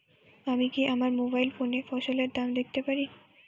আমি কি আমার মোবাইল ফোনে ফসলের দাম দেখতে পারি?